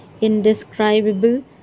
indescribable